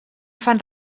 fan